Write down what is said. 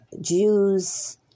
Jews